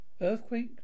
Earthquake